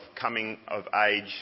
coming-of-age